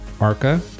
ARCA